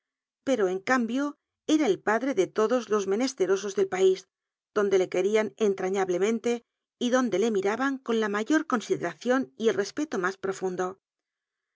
pero en cambio eva el pad re ele todos los menesterosos del pais donde le querían entrañablemente y donde le miraban con la mayor consideracion y el respeto mas profundo